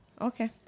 okay